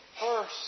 first